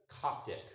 Coptic